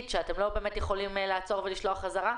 שאתם לא יכולים לעצור ולשלוח בחזרה.